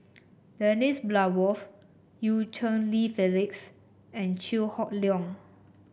Dennis Bloodworth Eu Cheng Li Phyllis and Chew Hock Leong